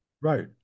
Right